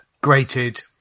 grated